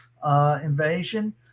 Invasion